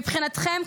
מבחינתכם,